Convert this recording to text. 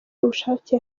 ubushake